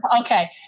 okay